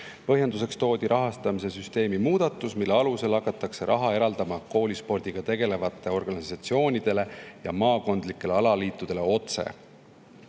Põhjenduseks toodi rahastamise süsteemi muudatus, mille alusel hakatakse raha eraldama koolispordiga tegelevatele organisatsioonidele ja maakondlikele alaliitudele otse.